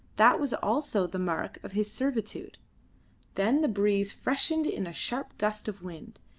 that was also the mark of his servitude then the breeze freshened in a sharp gust of wind,